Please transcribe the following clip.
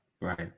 Right